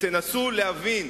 ותנסו להבין,